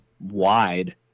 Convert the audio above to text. wide